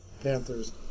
Panthers